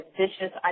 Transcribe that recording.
vicious